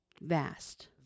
Vast